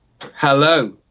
hello